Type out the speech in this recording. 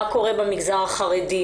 מה קורה במגזר החרדי?